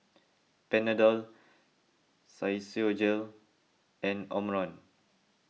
Panadol Physiogel and Omron